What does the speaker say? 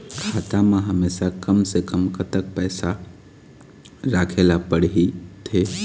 खाता मा हमेशा कम से कम कतक पैसा राखेला पड़ही थे?